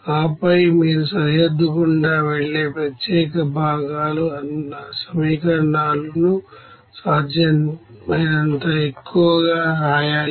ఆపై మీరు సరిహద్దు గుండా వెళ్ళే ప్రత్యేక భాగాలు ఉన్న సమీకరణాలను సాధ్యమైనంత ఎక్కువ రాయాలి